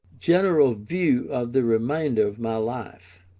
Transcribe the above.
general view of the remainder of my life.